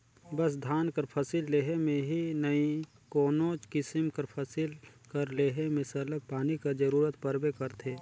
बस धान कर फसिल लेहे में ही नई कोनोच किसिम कर फसिल कर लेहे में सरलग पानी कर जरूरत परबे करथे